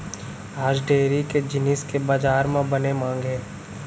आज डेयरी के जिनिस के बजार म बने मांग हे